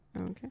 Okay